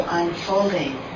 unfolding